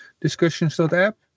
discussions.app